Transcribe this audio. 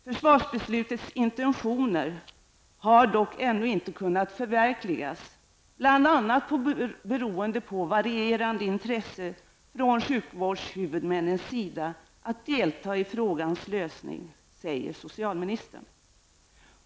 Försvarsbeslutets intentioner har dock ännu inte kunnat förverkligas bl.a. beroende på varierande intresse från sjukvårdshuvudmännens sida att delta i frågans lösning, säger socialministern.